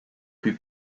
plus